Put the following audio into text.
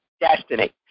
destiny